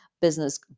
business